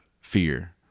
fear